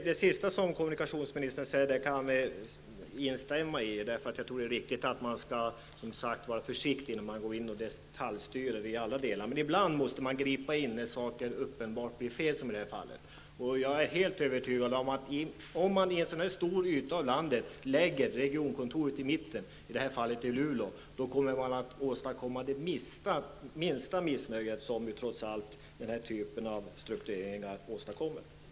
Herr talman! Det senaste kan jag instämma i. Det är riktigt att man skall vara försiktig med att detaljstyra. Men ibland måste man gå in, när saker uppenbarligen blir fel såsom i detta fall. Men när det gäller en så här stor del av landet, är jag helt övertygad om att vi åstadkommer minsta möjliga missnöje, om vi lägger regionkontoret i mitten, i detta fall i Luleå. Denna typ av struktureringar åstadkommer trots allt missnöje.